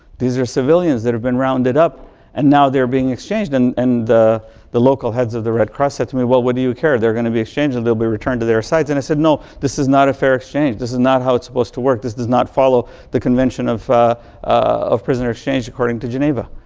these are civilians that are been rounded up and now they're being exchanged. and and the the local heads of the red cross said to me, well, what do you care? they're going to be exchanged and they'll be returned to their sites. and i said, no, this is not a fair exchange. this is not how it's supposed to work. this does not follow the convention of of prisoner exchange according to geneva.